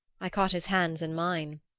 i caught his hands in mine.